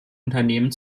unternehmen